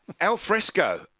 Alfresco